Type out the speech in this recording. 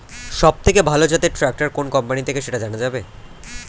সবথেকে ভালো জাতের ট্রাক্টর কোন কোম্পানি থেকে সেটা জানা যাবে?